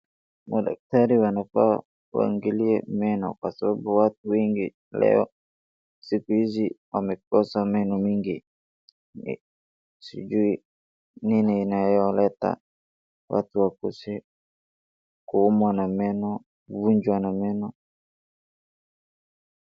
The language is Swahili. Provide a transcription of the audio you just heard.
Madakatari wanafaa waangalie meno kwa sababu watu wengi leo, siku hizi wamekosa meno mingi, sijui nini inayoleta watu wakose kuumwa na meno, kuvunjwa na meno.